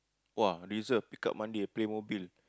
!wah! reserved pick up Monday PlayMobil